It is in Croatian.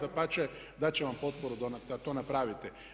Dapače, dat će vam potporu da to napravite.